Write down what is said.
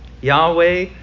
Yahweh